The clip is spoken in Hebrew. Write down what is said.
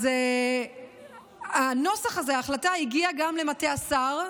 אז הנוסח הזה, ההחלטה, הגיע גם למטה השר.